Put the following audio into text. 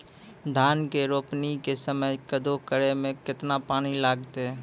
धान के रोपणी के समय कदौ करै मे केतना पानी लागतै?